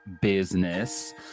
business